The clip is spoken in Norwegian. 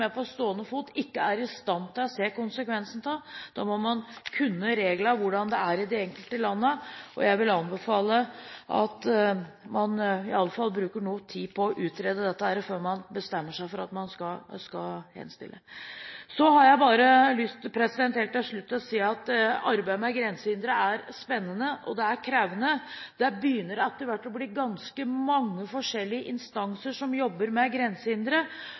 på stående fot ikke er i stand til å se konsekvensen av. Da må man kunne reglene, hvordan de er i de enkelte landene. Jeg vil anbefale at man i alle fall bruker noe tid på å utrede dette før man bestemmer seg for at man skal henstille. Så har jeg helt til slutt bare lyst til å si at arbeidet med grensehindre er spennende og krevende. Det begynner etter hvert å bli ganske mange forskjellige instanser som jobber med grensehindre,